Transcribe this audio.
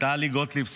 טלי גוטליב,